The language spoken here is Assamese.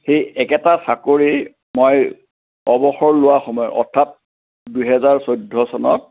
সেই একেটা চাকৰি মই অৱসৰ লোৱা সময়ত অৰ্থাৎ দুহেজাৰ চৈধ্য চনত